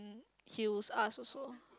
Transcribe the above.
heals us also